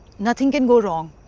nothing can go wrong.